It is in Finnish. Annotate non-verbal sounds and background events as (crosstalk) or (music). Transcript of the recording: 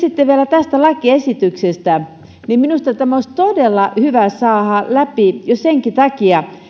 (unintelligible) sitten vielä tästä lakiesityksestä minusta tämä olisi todella hyvä saada läpi jo senkin takia